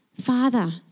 Father